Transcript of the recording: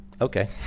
Okay